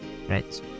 Right